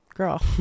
girl